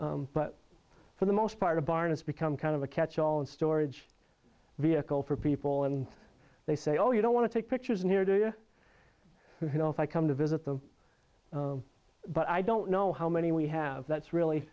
but for the most part a barn it's become kind of a catch all and storage vehicle for people and they say oh you don't want to take pictures in here do you know if i come to visit them but i don't know how many we have that's really